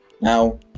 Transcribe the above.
Now